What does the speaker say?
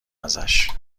ازش